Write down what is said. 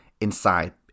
inside